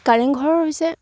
কাৰেংঘৰ হৈছে